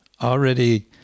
Already